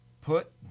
put